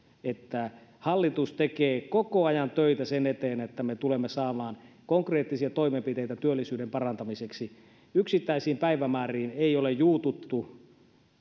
että hallitus tekee koko ajan töitä sen eteen että me tulemme saamaan konkreettisia toimenpiteitä työllisyyden parantamiseksi yksittäisiin päivämääriin ei ole juututtu